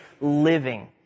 living